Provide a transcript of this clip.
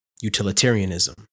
utilitarianism